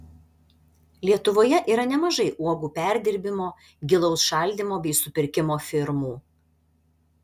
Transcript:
lietuvoje yra nemažai uogų perdirbimo gilaus šaldymo bei supirkimo firmų